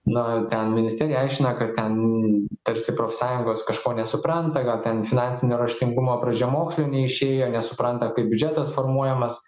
na ten ministerija aiškina kad ten tarsi profsąjungos kažko nesupranta gal ten finansinio raštingumo pradžiamokslio neišėję nesupranta kaip biudžetas formuojamas